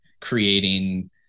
creating